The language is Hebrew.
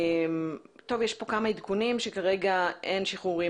יש בפני כמה עדכונים ששלחו כמו זה שכרגע אין שחרורים